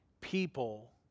people